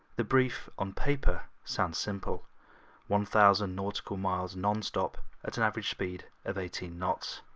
the brief on paper sounds simple one thousand nautical miles non-stop at an average speed of eighteen knots.